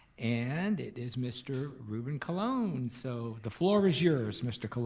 and it is mr. ruben colon, so the floor is yours, mr. colon.